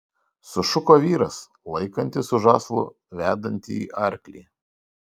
sušuko vyras laikantis už žąslų vedantįjį arklį